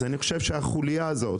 החוליה הזו,